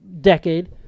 decade